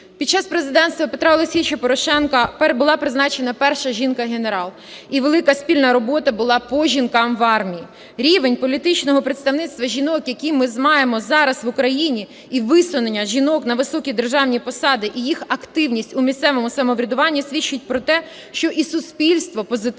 Під час президенства Петра Олексійовича Порошенка була призначена перша жінка генерал. І велика спільна робота була по жінкам в армії. Рівень політичного представництва жінок, які ми маємо зараз в Україні, і висунення жінок на високі державні посади і їх активність у місцевому самоврядуванні свідчить про те, що і суспільство позитивно